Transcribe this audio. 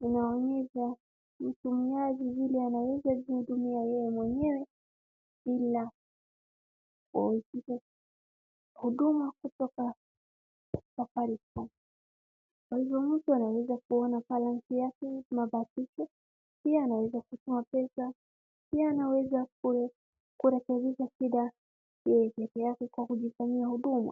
inaonyesha mtumiaji vile anaweza jihudumia yeye mwenyewe bila wahusika, huduma kutoka Safaricom , kwa hivyo mtu anaweza kuona balance ama bakshishi, pia anweza toa pesa pia anaweza kurekebisha shida yeye peke yake kwa kujifanyia huduma.